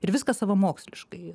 ir viskas savamoksliškai